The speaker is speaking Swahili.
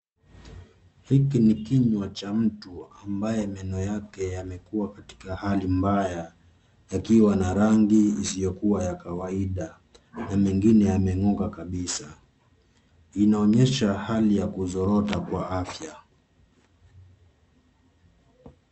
Hiki ni kinywa cha mtu ambaye meno yake yamekuwa katika hali mbaya yakiwa na rangi isiyokuwa ya kawaida na mengine yamengooka kabisa. Inaonyesha hali ya kuzorota kwa afya.